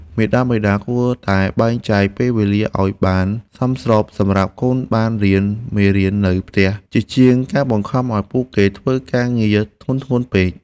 មាតាបិតាគួរតែបែងចែកពេលវេលាឱ្យបានសមស្របសម្រាប់កូនបានរៀនមេរៀននៅផ្ទះជាជាងការបង្ខំឱ្យពួកគេធ្វើការងារធ្ងន់ៗពេក។